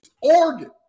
Oregon